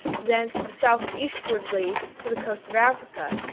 thence south-eastwardly to the coast of africa,